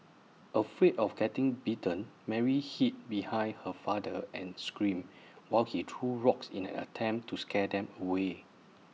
afraid of getting bitten Mary hid behind her father and screamed while he threw rocks in an attempt to scare them away